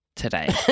today